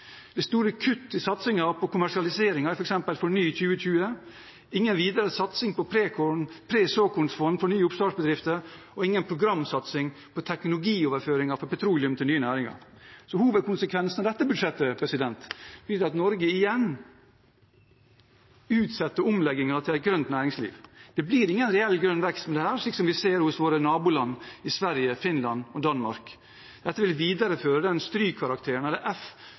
er store kutt i satsingen på kommersialiseringer, f.eks. FORNY2020. Det er ingen videre satsing på presåkornfond for nye oppstartsbedrifter, og det er ingen programsatsing på teknologioverføring fra petroleum til nye næringer. Hovedkonsekvensen av dette budsjettet blir at Norge igjen utsetter omleggingen til et grønt næringsliv. Det blir ingen reell grønn vekst med dette, slik som vi ser i våre naboland Sverige, Finland og Danmark. Dette vil videreføre den strykkarakteren, eller F,